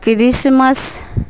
Christmas